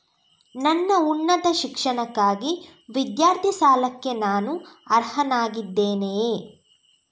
ನನ್ನ ಉನ್ನತ ಶಿಕ್ಷಣಕ್ಕಾಗಿ ವಿದ್ಯಾರ್ಥಿ ಸಾಲಕ್ಕೆ ನಾನು ಅರ್ಹನಾಗಿದ್ದೇನೆಯೇ?